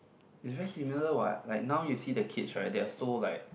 is very similar what like now you see the kids right they are so like